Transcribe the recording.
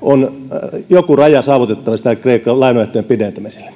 on joku raja saavutettavissa kreikan lainaehtojen pidentämisille